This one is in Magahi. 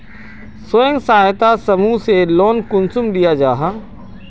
स्वयं सहायता समूह से लोन कुंसम लिया जाहा?